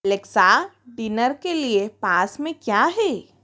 Alexa dinner के लिए पास में क्या है